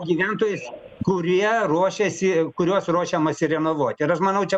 gyventojais kurie ruošiasi kuriuos ruošiamasi renovuot ir aš manau čia